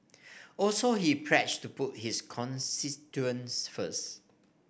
also he pledged to put his constituents first